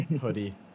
hoodie